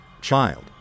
Child